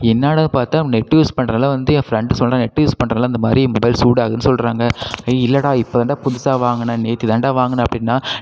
என்னாடா பார்த்தா net use பண்ணுறதால வந்து என் ஃப்ரெண்டு சொல்கிறான் நெட் யூஸ் பண்ணுறனால இந்த மாதிரி மொபைல் சூடாகுதுன்னு சொல்கிறாங்க ஏய் இல்லைடா இப்போ தான்டா புதுசா வாங்குனேன் நேற்று தான்டா வாங்குனேன் அப்படினா